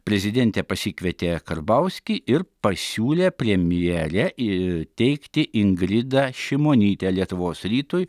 prezidentė pasikvietė karbauskį ir pasiūlė premjere teikti ingridą šimonytę lietuvos rytui